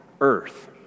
earth